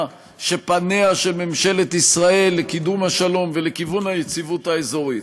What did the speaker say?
שפניה של ממשלת ישראל לקידום השלום ולכיוון היציבות האזורית.